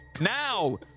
Now